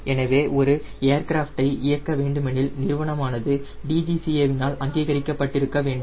எனவே ஒரு ஏர்கிராஃப்டை இயக்க வேண்டுமெனில் நிறுவனமானது DGCA வினால் அங்கீகரிக்கப்பட்டிருக்க வேண்டும்